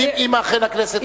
אם אכן הכנסת תחליט, הוא יאושר.